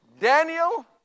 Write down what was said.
Daniel